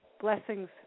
Blessings